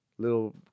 Little